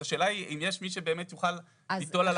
אז השאלה היא אם יש מי שבאמת יוכל ליטול עליו את המשימה בצורה מסודרת.